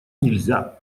нельзя